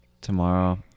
tomorrow